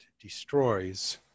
destroys